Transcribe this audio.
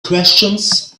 questions